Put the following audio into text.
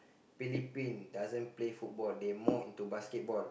Philippine doesn't play football they more into basketball